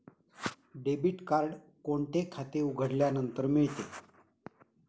Debit card कोणते खाते उघडल्यानंतर मिळते?